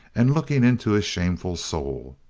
and looking into his shameful soul.